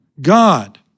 God